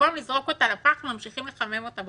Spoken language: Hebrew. ובמקום לזרוק אותה לפח ממשיכים לחמם אותה במיקרו.